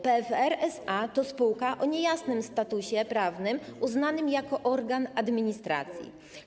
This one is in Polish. PFR SA to spółka o niejasnym statusie prawnym, uznana jako organ administracji.